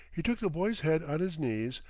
he took the boy's head on his knees,